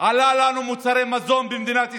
בעלות מוצרי מזון במדינת ישראל,